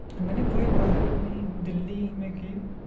میں نے اپنی پوری پڑھائی اپنی دلی میں کی